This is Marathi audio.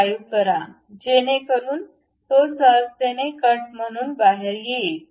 5 करा जेणेकरून तो सहजतेने कट म्हणून बाहेर येईल